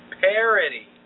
parody